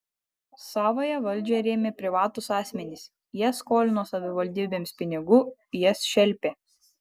savąją valdžią rėmė privatūs asmenys jie skolino savivaldybėms pinigų jas šelpė